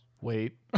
Wait